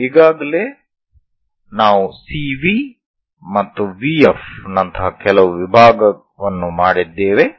ನಾವು ಈಗಾಗಲೇ ನಾವು CV ಮತ್ತು VF ನಂತಹ ಕೆಲವು ವಿಭಾಗವನ್ನು ಮಾಡಿದ್ದೇವೆ